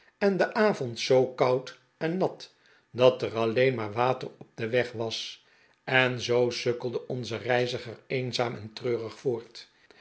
en de avond zoo koud en nat dat er alleen maar water op den weg was en zoo sukkelde onze reiziger eenzaam en treurig voort